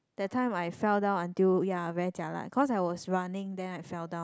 that time I fell down until ya very jialat cause I was running then I fell down